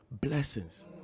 blessings